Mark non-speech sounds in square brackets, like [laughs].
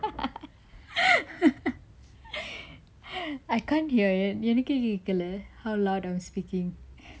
[laughs] I can't hear you நீ எனக்கு கேக்கல:nee enakku kekkala a lot of speaking